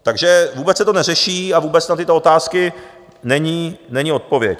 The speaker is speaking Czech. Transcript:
Takže vůbec se to neřeší a vůbec na tyto otázky není odpověď.